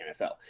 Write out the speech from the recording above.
NFL